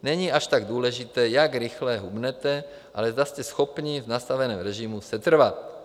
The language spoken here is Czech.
Není až tak důležité, jak rychle hubnete, ale zda jste schopní v nastaveném režimu setrvat.